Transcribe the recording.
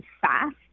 fast